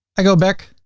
i go back.